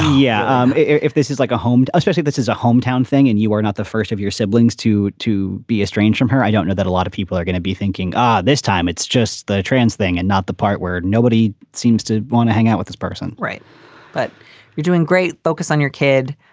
yeah. um if this is like a home, i still think this is a hometown thing and you are not the first of your siblings to to be a strange from her. i don't know that a lot of people are going to be thinking ah this time. it's just the trans thing and not the part where nobody seems to want to hang out with this person. right but you're doing great focus on your kid.